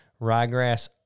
ryegrass